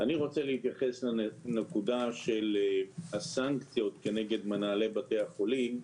אני רוצה להתייחס לנקודה של הסנקציות נגד מנהלי בתי החולים,